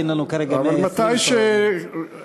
אין לנו כרגע 120 חברי כנסת.